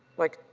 like,